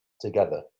together